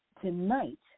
Tonight